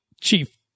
Chief